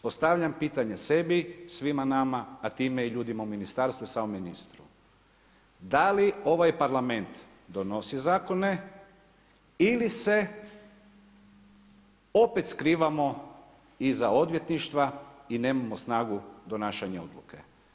Postavljam pitanje sebi, svima nama, a time i ljudima u ministarstvu i samom ministru, da li ovaj Parlament donosi zakone ili se opet skrivamo iza odvjetništva i nemamo snagu donašanja odluke?